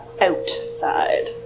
outside